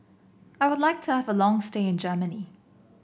I would like to have a long stay in Germany